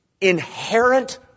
inherent